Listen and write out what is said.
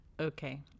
Okay